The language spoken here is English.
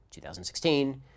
2016